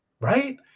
Right